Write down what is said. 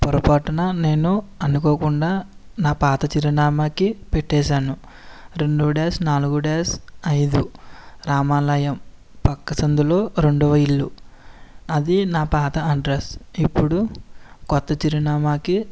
పొరపాటున నేను అనుకోకుండా నా పాత చిరునామాకి పెట్టేసాను రెండు డాష్ నాలుగు డాష్ ఐదు రామాలయం పక్క సందులో రెండవ ఇల్లు అది నా పాత అడ్రస్ ఇప్పుడు కొత్త చిరునామాకి